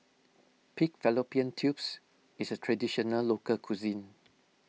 Pig Fallopian Tubes is a Traditional Local Cuisine